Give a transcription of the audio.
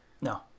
No